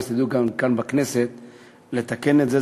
אז תדעו גם כאן בכנסת לתקן את זה.